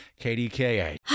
KDKA